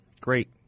great